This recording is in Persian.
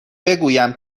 بگویم